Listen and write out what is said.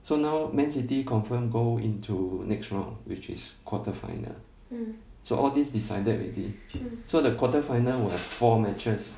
so now man city confirm go into next round which is quarter final so all these decided already so the quarter final will have four matches